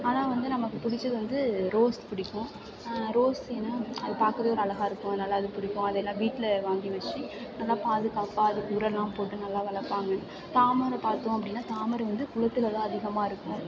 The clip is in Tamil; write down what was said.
ஆனால் வந்து நமக்கு பிடிச்சது வந்து ரோஸ் பிடிக்கும் ரோஸ் ஏன்னால் அது பார்க்கவே ஒரு அழகாக இருக்கும் அதனால அது பிடிக்கும் அதை நான் வீட்டில் வாங்கி வெச்சு நல்லா பாதுகாப்பாக அதுக்கு உரமெலாம் போட்டு நல்லா வளர்ப்பாங்க தாமரை பார்த்தோம் அப்படின்னா தாமரை வந்து குளத்தில்தான் அதிகமாக இருக்கும்